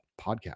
podcast